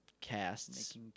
Casts